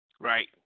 right